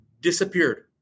disappeared